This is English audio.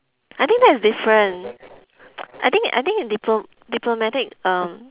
I think that is different I think I think diplo~ diplomatic um